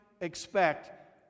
expect